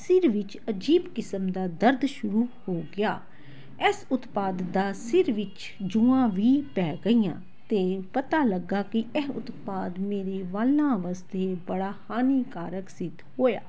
ਸਿਰ ਵਿੱਚ ਅਜੀਬ ਕਿਸਮ ਦਾ ਦਰਦ ਸ਼ੁਰੂ ਹੋ ਗਿਆ ਇਸ ਉਤਪਾਦ ਦਾ ਸਿਰ ਵਿੱਚ ਜੂਆਂ ਵੀ ਪੈ ਗਈਆਂ ਅਤੇ ਪਤਾ ਲੱਗਾ ਕਿ ਇਹ ਉਤਪਾਦ ਮੇਰੇ ਵਾਲਾਂ ਵਾਸਤੇ ਬੜਾ ਹਾਨੀਕਾਰਕ ਸਿੱਧ ਹੋਇਆ